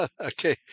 okay